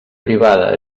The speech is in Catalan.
privada